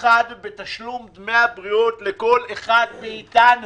אחד בתשלום דמי הבריאות לכל אחד מאתנו,